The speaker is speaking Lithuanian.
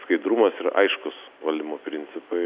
skaidrumas yra aiškūs valdymo principai